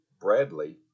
Bradley